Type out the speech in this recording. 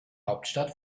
hauptstadt